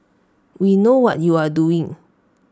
we know what you are doing